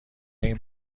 این